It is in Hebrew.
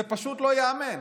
זה פשוט לא ייאמן.